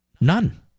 None